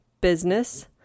business